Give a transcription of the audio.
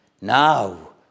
now